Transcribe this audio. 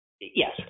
Yes